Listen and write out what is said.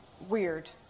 weird